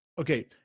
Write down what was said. Okay